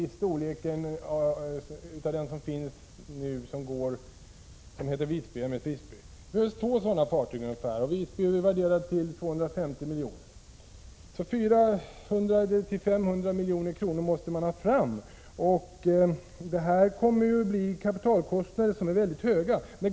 Visby värderas till 250 milj.kr. Så 400-500 milj.kr. måste Nordström & Thulin ha fram — det kommer alltså att bli mycket höga kapitalkostnader.